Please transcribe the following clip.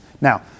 Now